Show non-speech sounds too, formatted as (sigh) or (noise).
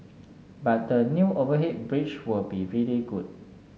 (noise) but the new overhead bridge will be really good